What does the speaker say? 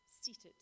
seated